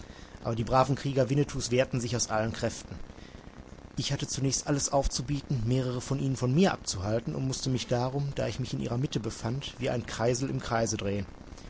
aber die braven krieger winnetous wehrten sich aus allen kräften ich hatte zunächst alles aufzubieten mehrere von ihnen von mir abzuhalten und mußte mich darum da ich mich in ihrer mitte befand wie ein kreisel im kreise drehen